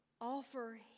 offer